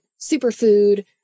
superfood